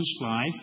life